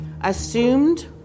assumed